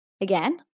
Again